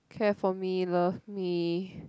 care for me love me